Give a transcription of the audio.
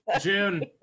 June